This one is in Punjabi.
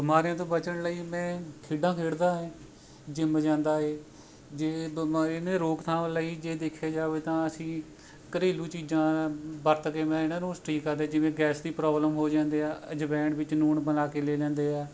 ਬਿਮਾਰੀਆਂ ਤੋਂ ਬਚਣ ਲਈ ਮੈਂ ਖੇਡਾਂ ਖੇਡਦਾ ਆ ਜਿੰਮ ਜਾਂਦਾ ਹੈ ਜਿਵੇਂ ਬਿਮਾਰੀਆਂ ਦੀ ਰੋਕਥਾਮ ਲਈ ਜੇ ਦੇਖਿਆ ਜਾਵੇ ਤਾਂ ਅਸੀਂ ਘਰੇਲੂ ਚੀਜ਼ਾਂ ਵਰਤ ਕੇ ਮੈਂ ਇਹਨਾਂ ਨੂੰ ਠੀਕ ਕਰਦੇ ਜਿਵੇਂ ਗੈਸ ਦੀ ਪਰੋਬਲਮ ਹੋ ਜਾਂਦੀ ਹੈ ਅਜਵੈਣ ਵਿੱਚ ਲੂਣ ਮਿਲਾ ਕੇ ਦੇ ਦਿੰਦੇ ਆ